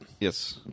Yes